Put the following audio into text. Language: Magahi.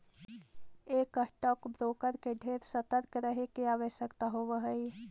एक स्टॉक ब्रोकर के ढेर सतर्क रहे के आवश्यकता होब हई